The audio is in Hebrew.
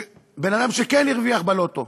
על בן-אדם שכן הרוויח בלוטו.